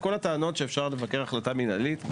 כל הטענות שאפשר לבקר החלטה מנהלית.